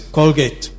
Colgate